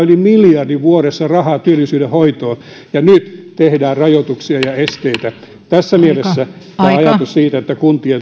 yli miljardin vuodessa rahaa työllisyyden hoitoon ja nyt tehdään rajoituksia ja esteitä tässä mielessä tämä ajatus siitä että kuntien